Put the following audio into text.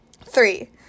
Three